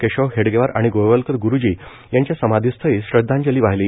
केशव हेडगेवार आणि गोळवलकर ग्रुजी यांच्या समाधीस्थळी श्रद्वांजली वाहिली